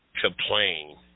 complain